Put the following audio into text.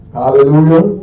hallelujah